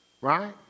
right